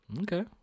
Okay